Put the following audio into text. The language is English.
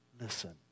Listen